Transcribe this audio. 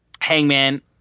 Hangman